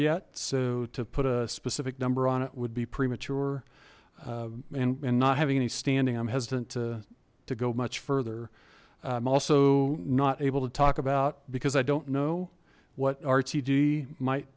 yet so to put a specific number on it would be premature and not having any standing i'm hesitant to go much further i'm also not able to talk about because i don't know what rtd might